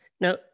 Now